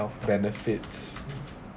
health benefits